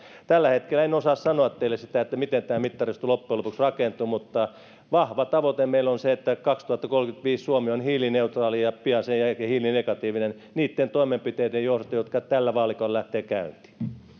tällä hetkellä en osaa sanoa teille miten tämä mittaristo loppujen lopuksi rakentuu mutta vahva tavoite meillä on se että kaksituhattakolmekymmentäviisi suomi on hiilineutraali ja pian sen jälkeen hiilinegatiivinen niitten toimenpiteiden johdosta jotka tällä vaalikaudella lähtevät käyntiin